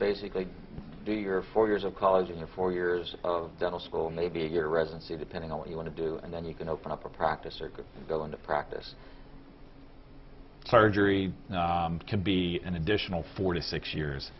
basically do your four years of college in your four years of dental school maybe a year residency depending on what you want to do and then you can open up a practice or go into practice surgery can be an additional four to six years